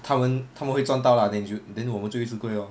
他们他们会赚到 lah then 你就 then 我们就会吃亏 lor